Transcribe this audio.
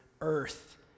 earth